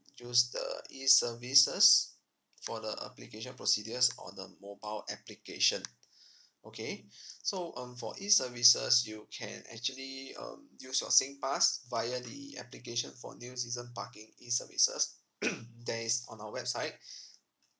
use the E services for the application procedures on the mobile application okay so um for E services you can actually um use your singpass via the application for new season parking E services that is on our website